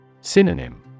Synonym